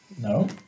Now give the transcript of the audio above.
No